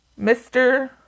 Mr